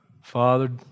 Father